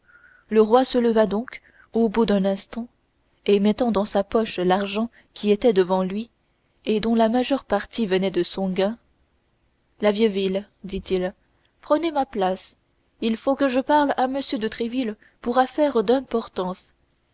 le roi se leva donc au bout d'un instant et mettant dans sa poche l'argent qui était devant lui et dont la majeure partie venait de son gain la vieuville dit-il prenez ma place il faut que je parle à m de tréville pour affaire d'importance